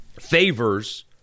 favors